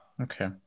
okay